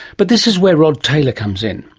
but this is where rod taylor comes in.